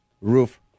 roof